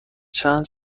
چند